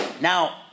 Now